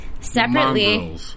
Separately